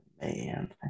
Man